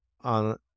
on